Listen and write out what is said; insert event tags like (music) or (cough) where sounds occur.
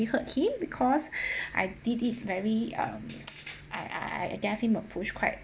hurt him because (breath) I did it very um (noise) I I I I gave him a push quite